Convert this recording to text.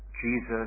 Jesus